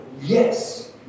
Yes